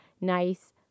nice